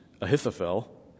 Ahithophel